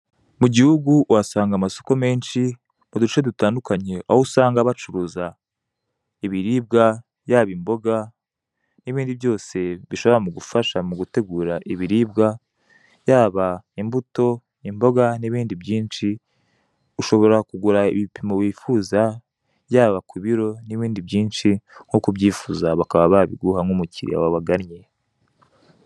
Mu gihugu uhasanga amasoko menshi mu duce dutandukanye, aho usanga bacuruza ibiribwa, yaba imboga n'ibindi byose bishobora gufasha mu gutegura ibiribwa, yaba imbuto, imboga n'ibindi byinshi. Ushobora kugura ibipimo wifuza, yaba ku biro n'ibindi ibyinshi nk'uko ubyifuza, bakaba babiguha nk'umukiriya wabagannye.